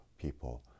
people